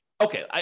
Okay